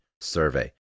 survey